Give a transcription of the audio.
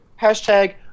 hashtag